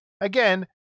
Again